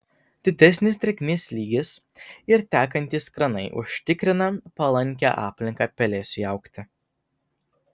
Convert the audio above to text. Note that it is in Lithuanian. didesnis drėgmės lygis ir tekantys kranai užtikrina palankią aplinką pelėsiui augti